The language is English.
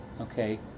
okay